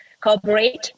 cooperate